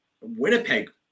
Winnipeg